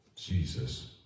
Jesus